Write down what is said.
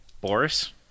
Boris